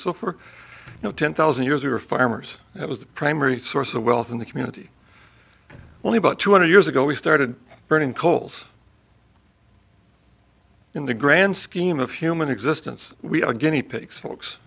for you know ten thousand years we were farmers it was the primary source of wealth in the community only about two hundred years ago we started burning coals in the grand scheme of human existence we are guinea pigs folks